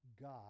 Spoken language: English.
God